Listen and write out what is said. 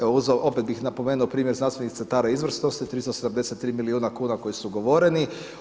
Evo opet bih napomenuo primjer znanstvenih centara izvrsnosti 373 milijuna kuna koji su ugovoreni.